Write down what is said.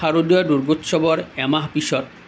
শাৰদীয় দুৰ্গোৎসৱৰ এমাহ পিছত